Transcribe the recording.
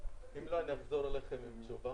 אם לא אני אחזור אליכם עם תשובה.